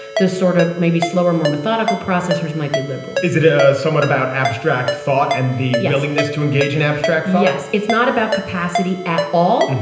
the sort of maybe slower, more methodical processes might be liberal is it ah somewhat about abstract thought and the willingness to engage in abstract? yes, it's not about capacity at all.